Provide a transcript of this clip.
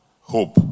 hope